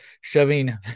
shoving